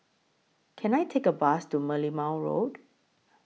Can I Take A Bus to Merlimau Road